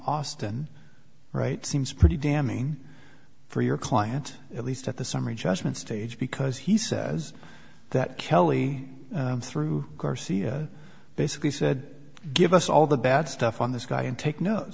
austin right seems pretty damning for your client at least at the summary judgment stage because he says that kelly through garcia basically said give us all the bad stuff on this guy and take notes